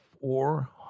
four